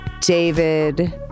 David